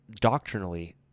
doctrinally